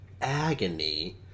agony